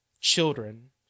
children